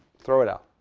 throw it out.